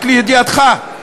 רק לידיעתך.